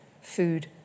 food